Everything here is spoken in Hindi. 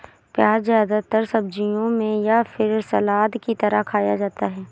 प्याज़ ज्यादातर सब्जियों में या फिर सलाद की तरह खाया जाता है